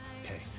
Okay